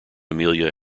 amelia